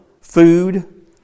food